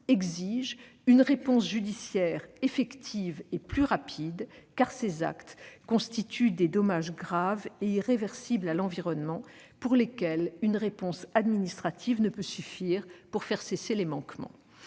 exigent une réponse judiciaire effective et plus rapide, car ces actes constituent des dommages graves et irréversibles à l'environnement pour lesquels une réponse administrative ne peut suffire pour faire cesser les manquements.